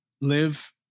live